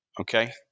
okay